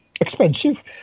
expensive